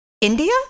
India